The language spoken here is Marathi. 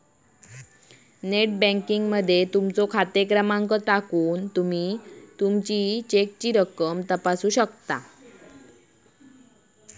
नेट बँकिंग मध्ये तुमचो खाते क्रमांक टाकून तुमी चेकची रक्कम तपासू शकता